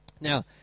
Now